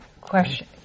Question